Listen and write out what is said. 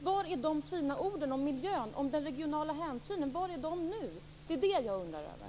Var är de fina orden om miljö och regionala hänsyn nu? Det är det jag undrar över.